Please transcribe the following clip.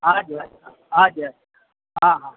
હાજી હાજી હા હા